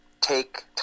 take